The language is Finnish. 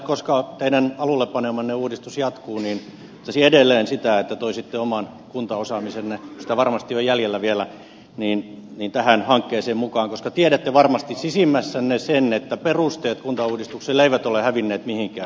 koska teidän alulle panemanne uudistus jatkuu niin odottaisin edelleen sitä että toisitte oman kuntaosaamisenne kun sitä varmasti on jäljellä vielä tähän hankkeeseen mukaan koska tiedätte varmasti sisimmässänne sen että perusteet kuntauudistukselle eivät ole hävinneet mihinkään